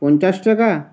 পঞ্চাশ টাকা